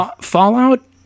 fallout